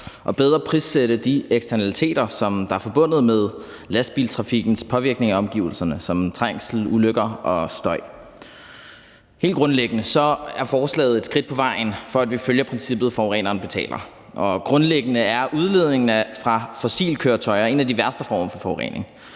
og bedre at prissætte de eksternaliteter, der er forbundet med lastbiltrafikkens påvirkning af omgivelserne som trængsel, ulykker og støj. Helt grundlæggende er forslaget et skridt på vejen, for at vi følger princippet om, at forureneren betaler. Og grundlæggende er udledningen fra fossilkøretøjer en af de værste former